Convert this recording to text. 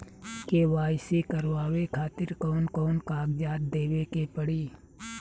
KYC करवावे खातिर कौन कौन कागजात देवे के पड़ी?